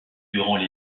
durant